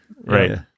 right